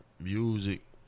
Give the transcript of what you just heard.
music